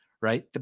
right